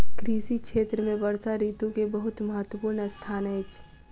कृषि क्षेत्र में वर्षा ऋतू के बहुत महत्वपूर्ण स्थान अछि